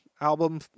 album